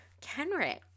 Kenrick